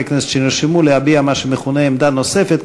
הכנסת שנרשמו להביע מה שמכונה עמדה נוספת,